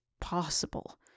possible